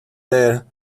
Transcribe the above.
there